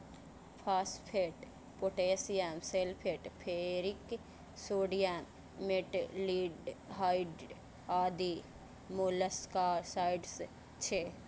phosphate, potassium sulphate, ferric sodium, metaldehyde आदि molluscicides छियै